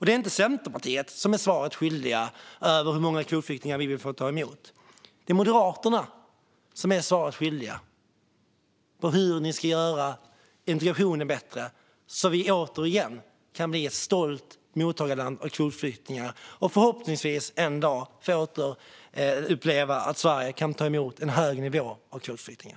Det är inte Centerpartiet som blir svaret skyldiga om hur många kvotflyktingar vi vill ta emot. Det är Moderaterna som blir svaret skyldiga om hur de ska göra integrationen bättre så att vi återigen kan bli ett stolt mottagarland för kvotflyktingar och förhoppningsvis en dag återuppleva att Sverige kan ta emot en hög nivå av kvotflyktingar.